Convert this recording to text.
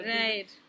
Right